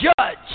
judge